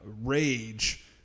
rage